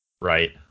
Right